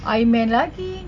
iron man lagi